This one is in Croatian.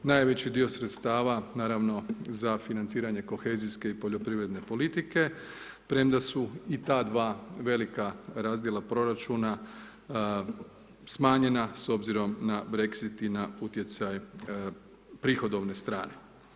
Najveći dio sredstava, naravno, za financiranje kohezijske i poljoprivredne politike, premda su i ta 2 velika razdjela proračuna, smanjena s obzirom na Brexit i na utjecaj prihodovne strane.